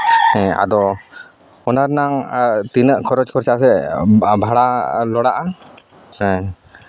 ᱦᱮᱸ ᱟᱫᱚ ᱚᱱᱟ ᱨᱮᱱᱟᱝ ᱛᱤᱱᱟᱹᱜ ᱠᱷᱚᱨᱚᱪ ᱠᱷᱚᱨᱪᱟ ᱥᱮ ᱵᱷᱟᱲᱟ ᱯᱟᱲᱟᱜᱼᱟ ᱦᱮᱸ